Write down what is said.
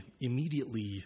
immediately